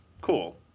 cool